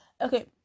Okay